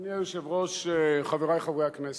אדוני היושב-ראש, חברי חברי הכנסת,